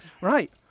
Right